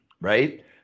right